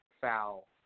foul